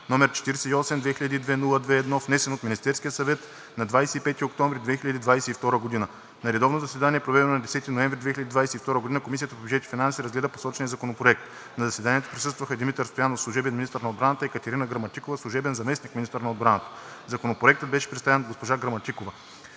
№ 48-202-02-1, внесен от Министерския съвет на 25 октомври 2022 г. На редовно заседание, проведено на 10 ноември 2022 г., Комисията по бюджет и финанси разгледа посочения Законопроект. На заседанието присъстваха Димитър Стоянов – служебен министър на отбраната, и Катерина Граматикова – служебен заместник-министър на отбраната. Законопроектът беше представен от госпожа Катерина